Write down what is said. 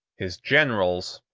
his generals,